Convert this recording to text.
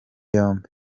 yombi